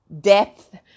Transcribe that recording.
depth